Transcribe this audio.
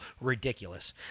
ridiculous